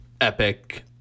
epic